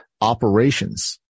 operations